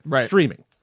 streaming